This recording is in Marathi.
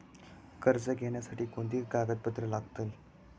कर्ज घेण्यासाठी कोणती कागदपत्रे लागतात?